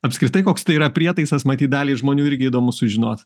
apskritai koks tai yra prietaisas matyt daliai žmonių irgi įdomu sužinot